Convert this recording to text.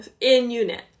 in-unit